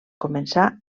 començà